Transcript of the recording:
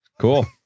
Cool